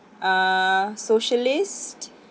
um socialist